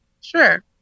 Sure